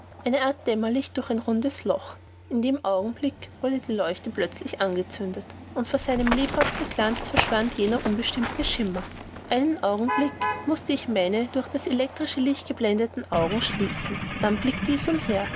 eine art dämmerlicht durch ein rundes loch in dem augenblick wurde die leuchte plötzlich angezündet und vor seinem lebhaften glanz verschwand jener unbestimmte schimmer einen augenblick mußte ich meine durch das elektrische licht geblendeten augen schließen dann blickte ich umher